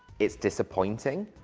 it's disappointing,